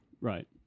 right